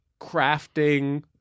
crafting